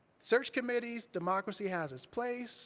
search committees, democracy has its place,